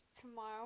tomorrow